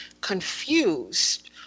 confused